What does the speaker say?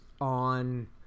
on